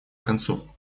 концу